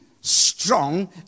strong